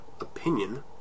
opinion